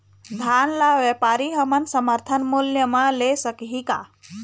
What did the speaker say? धान ला व्यापारी हमन समर्थन मूल्य म ले सकही का?